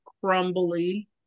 crumbly